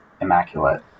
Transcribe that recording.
immaculate